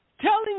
telling